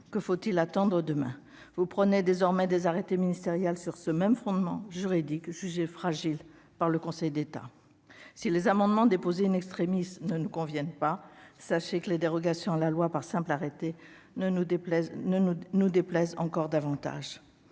Que faut-il attendre demain ? Vous prenez désormais des arrêtés ministériels sur ce même fondement juridique, jugé fragile par le Conseil d'État. Si les amendements déposés ne nous conviennent pas, sachez que les dérogations à la loi par simple arrêté nous déplaisent encore plus.